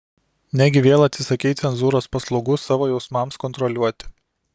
negi vėl atsisakei cenzūros paslaugų savo jausmams kontroliuoti